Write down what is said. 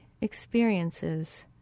experiences